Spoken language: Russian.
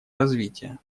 развития